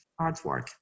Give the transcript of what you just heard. artwork